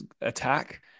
attack